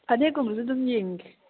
ꯐꯅꯦꯛꯀꯨꯝꯕꯁꯨ ꯑꯗꯨꯝ ꯌꯦꯡꯒꯦ